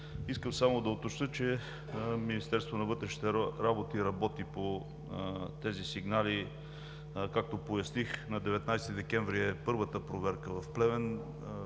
Искам само да уточня, че Министерството на вътрешните работи по тези сигнали. Както поясних, на 19 декември беше първата проверка в Плевен